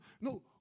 no